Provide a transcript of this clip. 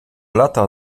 lata